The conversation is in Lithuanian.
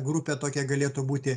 grupė tokia galėtų būti